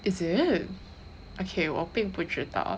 is it okay 我并不知道